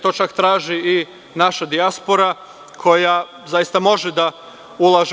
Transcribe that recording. To čak traži i naša dijaspora koja zaista može da ulaže.